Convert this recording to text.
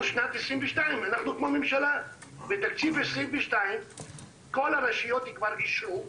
שנת 2022. בתקציב 2022 כל הרשויות כבר אישרו,